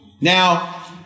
Now